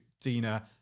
Dina